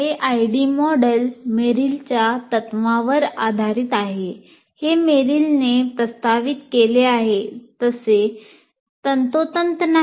हे ID model मेरिलच्या तत्त्वांवर आधारित आहे हे मेरिलने प्रस्तावित केले आहे तसे तंतोतंत नाही